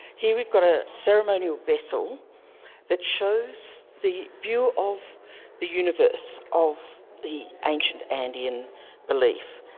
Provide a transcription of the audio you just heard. here we've got a ceremonial vessel that shows the view of the universe of the ancient andean belief.